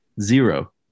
Zero